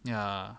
ya